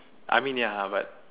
I mean ya but